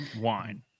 wine